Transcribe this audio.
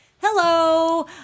hello